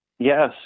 Yes